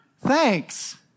Thanks